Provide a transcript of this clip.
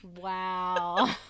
Wow